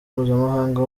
mpuzamahanga